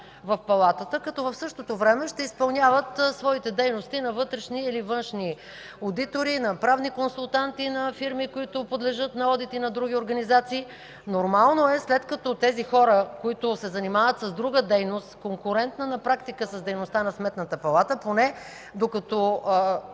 в Палатата, като в същото време ще изпълняват своите дейности на вътрешни или външни одитори, на правни консултанти на фирми, които подлежат на одит, и на други организации. Нормално е, след като тези хора, които се занимават с друга дейност, конкурентна на практика с дейността на Сметната палата, поне докато